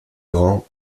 grand